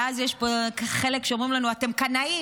ואז יש פה חלק שאומרים לנו: אתם קנאים,